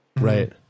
Right